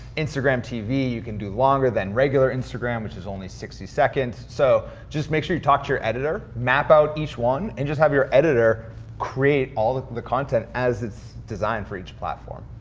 instagram tv you can do longer than regular instagram, which is only sixty seconds, so, just make sure you talk to your editor. map out each one, and just have your editor create all of the content as it's designed for each platform.